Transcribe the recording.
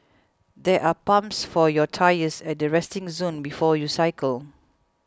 there are pumps for your tyres at the resting zone before you cycle